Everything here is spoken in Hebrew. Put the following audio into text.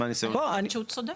הוא צודק.